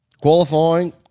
Qualifying